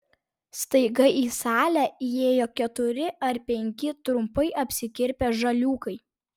staiga į salę įėjo keturi ar penki trumpai apsikirpę žaliūkai